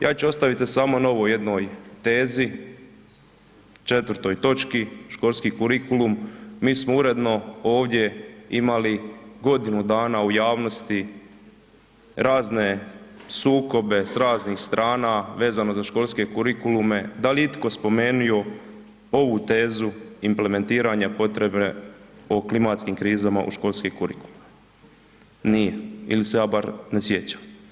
Ja ću ostaviti se samo novoj jednoj tezi 4 točki školski kurikulum, mi smo uredno ovdje imali godinu dana u javnosti razne sukobe s raznih strana vezano za školske kurikulume da li je itko spomenuo ovu tezu implementiranja potrebe o klimatskim krizama u školske kurikulume, nije, ili se ja bar ne sjećam.